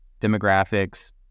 demographics